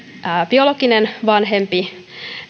biologinen vanhempi